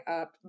up